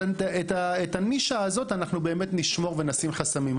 את הנישה הזאת אנחנו באמת נשמור ונשים חסמים.